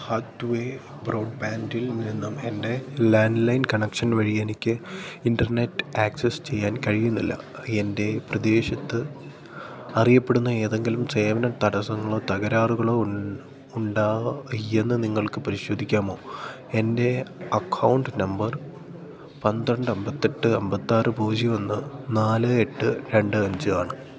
ഹാത്വേ ബ്രോഡ്ബാൻഡിൽ നിന്നും എൻ്റെ ലാൻഡ് ലൈൻ കണക്ഷൻ വഴിയെനിക്ക് ഇൻ്റർനെറ്റ് ആക്സസ് ചെയ്യാൻ കഴിയുന്നില്ല എൻ്റെ പ്രദേശത്ത് അറിയപ്പെടുന്ന ഏതെങ്കിലും സേവന തടസ്സങ്ങളോ തകരാറുകളോ ഉണ്ടോയെന്ന് നിങ്ങൾക്ക് പരിശോധിക്കാമോ എൻ്റെ അക്കൗണ്ട് നമ്പർ പന്ത്രണ്ട് അമ്പത്തെട്ട് അമ്പത്താറ് പൂജ്യം ഒന്ന് നാല് എട്ട് രണ്ട് അഞ്ച് ആണ്